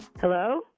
Hello